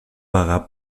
vagar